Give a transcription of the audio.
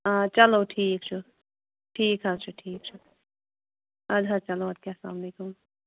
آ چَلو ٹھیٖک چھُ ٹھیٖک حظ چھُ ٹھیٖک چھُ اَدٕ حظ چَلو اَدٕکیٛاہ اَسلامُ علیکُم